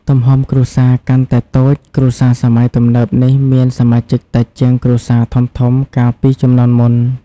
ទំហំគ្រួសារកាន់តែតូចគ្រួសារសម័យទំនើបនេះមានសមាជិកតិចជាងគ្រួសារធំៗកាលពីជំនាន់មុន ។